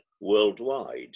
worldwide